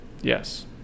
Yes